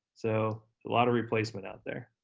so a lot of replacement out there.